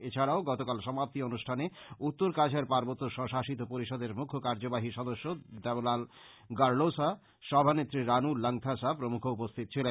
এছাড়াও গতকাল সমাপ্তি অনুষ্ঠানে উত্তর কাছাড় পার্বত্য স্ব শাষিত পরিষদের মুখ্য কার্য্যবাহী সদস্য দেবলাল গারলোসা সভানেত্রী রানু লাংথাসা প্রমুখ উপস্থিত ছিলেন